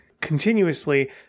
continuously